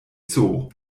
zoo